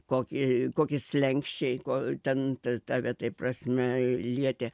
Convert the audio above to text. kokį koki slenksčiai ko ten tave tai prasme lietė